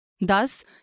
Thus